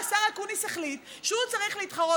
השר אקוניס החליט שהוא צריך להתחרות